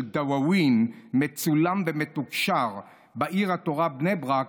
דאווין מצולם ומתוקשר בעיר התורה בני ברק.